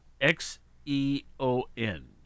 X-E-O-N